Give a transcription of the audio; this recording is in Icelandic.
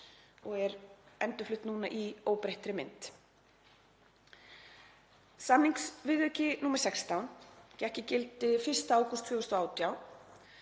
og er endurflutt nú í óbreyttri mynd. Samningsviðauki nr. 16 gekk í gildi 1. ágúst 2018,